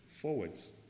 forwards